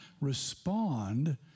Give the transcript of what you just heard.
respond